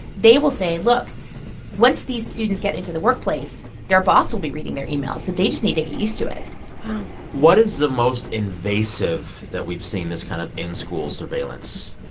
they will say, look once these students get into the workplace, their boss will be reading their emails, so they just need to get used to it wow what is the most invasive that we've seen this kind of in-school surveillance